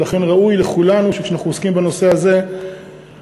ולכן ראוי לכולנו שכשאנחנו עוסקים בנושא הזה נשתדל